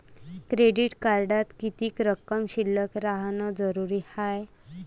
Credit कार्डात किती रक्कम शिल्लक राहानं जरुरी हाय?